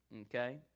Okay